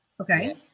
okay